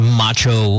macho